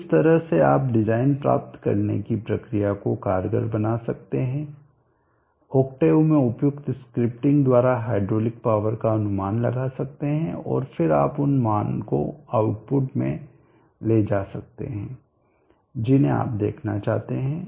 तो इस तरह से आप डिजाइन प्राप्त करने की प्रक्रिया को कारगर बना सकते हैं ऑक्टेव में उपयुक्त स्क्रिप्टिंग द्वारा हाइड्रोलिक पावर का अनुमान लगा सकते हैं और फिर आप उन मान को आउटपुटमें ले सकते हैं जिन्हें आप देखना चाहते हैं